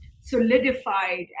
solidified